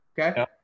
Okay